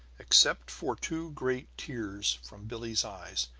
except for two great tears from billie's eyes,